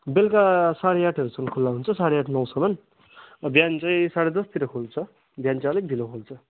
बेलुका साढे आठहरूसम्म खुला हुन्छ साढे आठ नौसम्म बिहान चाहिँ साढे दसतिर खुल्छ बिहान चाहिँ अलिक ढिलो खुल्छ